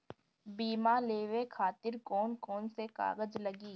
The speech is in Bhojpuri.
बीमा लेवे खातिर कौन कौन से कागज लगी?